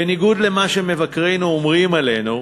בניגוד למה שמבקרינו אומרים עלינו,